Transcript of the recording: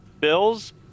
Bills